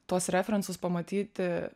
tuos refrencus pamatyti